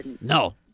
No